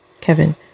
Kevin